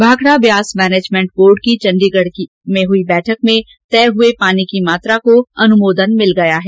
Bhakra Beas management board की चंडीगढ में हुई बैठक में तय हुए पानी की मात्रा को अनुमोदन मिल गया है